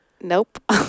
Nope